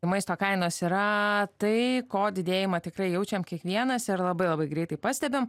maisto kainos yra tai ko didėjimą tikrai jaučiam kiekvienas ir labai labai greitai pastebim